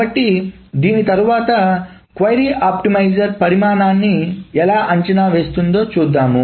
కాబట్టి దీని తరువాత క్వరీ ఆప్టిమైజర్ పరిమాణాన్ని ఎలా అంచనా వేస్తుందో చూద్దాం